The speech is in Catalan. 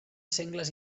sengles